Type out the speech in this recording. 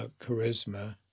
Charisma